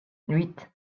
huit